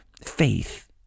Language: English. faith